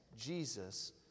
Jesus